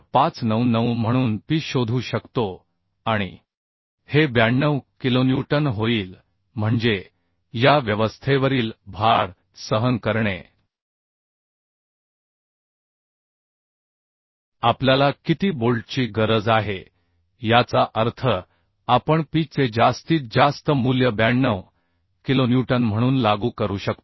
599 म्हणून P शोधू शकतो आणि हे 92 किलोन्यूटन होईल म्हणजे या व्यवस्थेवरील भार सहन करणे आपल्याला किती बोल्टची गरज आहे याचा अर्थ आपण P चे जास्तीत जास्त मूल्य 92 किलोन्यूटन म्हणून लागू करू शकतो